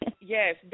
yes